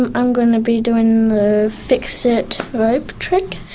i'm i'm going to be doing the fix-it rope trick.